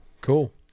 cool